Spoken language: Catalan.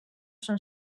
són